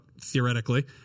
Theoretically